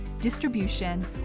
distribution